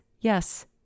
yes